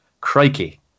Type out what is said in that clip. Crikey